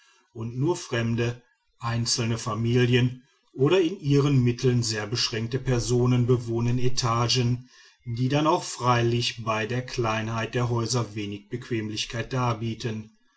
und nur fremde einzelne familien oder in ihren mitteln sehr beschränkte personen bewohnen etagen die dann auch freilich bei der kleinheit der häuser wenig bequemlichkeit darbieten